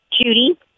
Judy